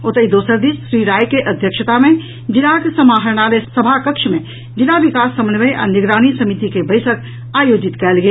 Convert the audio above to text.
ओतहि दोसर दिस श्री राय के अध्यक्षता मे जिलाक समाहरणालय सभाकक्ष मे जिला विकास समन्वय आ निगरानी समिति के बैसक आयोजित कयल गेल